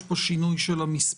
יש פה שינוי של המספרים.